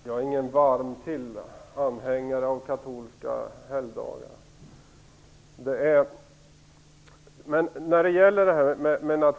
Fru talman! Jag är ingen varm anhängare av katolska helgdagar. Jag respekterar i mångt